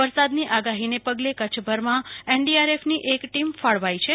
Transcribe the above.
વરસાદની આગાહીના પગલે કચ્છભરમાં એનડીઆરએફની એક ટીમ ફાળવાઈ છે